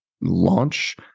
launch